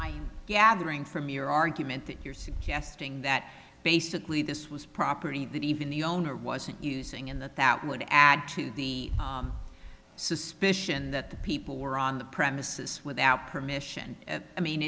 i gather in from your argument that you're suggesting that basically this was property that even the owner wasn't using in that that would add to the suspicion that people were on the premises without permission i mean